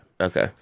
Okay